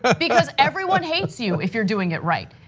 but because everyone hates you if you're doing it right.